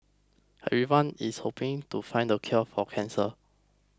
everyone's hoping to find the cure for cancer